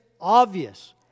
obvious